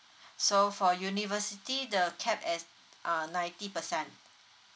so for university the cap is uh ninety percent